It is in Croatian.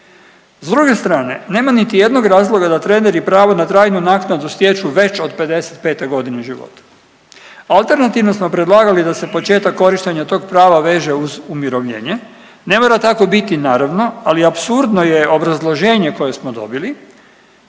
S druge strane nema niti jednog razloga da treneri pravo na trajnu naknadu stječu već od 55 godine života. Alternativno smo predlagali da se početak korištenja tog prava veže uz umirovljenje, ne mora tako biti naravno, ali apsurdno je obrazloženje koje smo dobili